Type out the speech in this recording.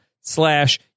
slash